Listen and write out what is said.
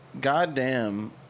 goddamn